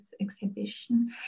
exhibition